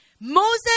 Moses